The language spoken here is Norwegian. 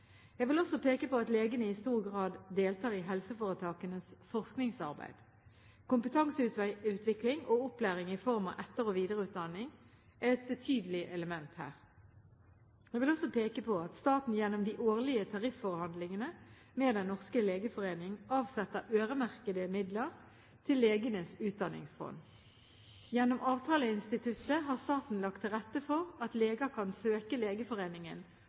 Jeg vil også peke på at legene i stor grad deltar i helseforetakenes forskningsarbeid. Kompetanseutvikling og opplæring i form av etter- og videreutdanning er et betydelig element her. Jeg vil også peke på at staten gjennom de årlige tarifforhandlingene med Den norske legeforening avsetter øremerkede midler til legenes utdanningsfond. Gjennom avtaleinstituttet har staten lagt til rette for at leger kan søke Legeforeningen